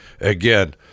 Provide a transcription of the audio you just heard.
again